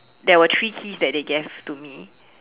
there were three keys that they gave to me